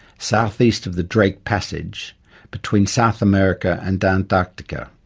south east of the drake passage between south america and antarctica.